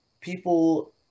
People